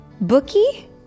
Bookie